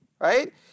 right